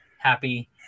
happy